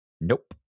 Nope